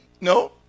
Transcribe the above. no